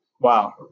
Wow